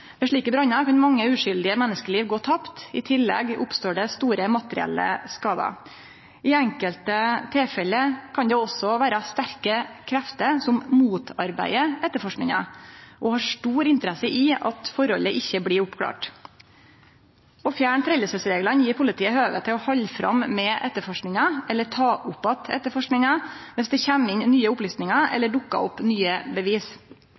slike brannar kan mange uskyldige menneskeliv gå tapt, og i tillegg oppstår det store materielle skadar. I enkelte tilfelle kan det også vere sterke krefter som motarbeider etterforskinga og har stor interesse i at forholdet ikkje blir oppklart. Å fjerne foreldingsreglane gjev politiet høve til å halde fram med etterforskinga eller ta opp att etterforskinga viss det kjem inn nye opplysningar eller dukkar opp nye bevis.